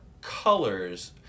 colors